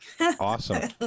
Awesome